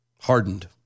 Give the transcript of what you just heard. hardened